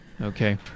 Okay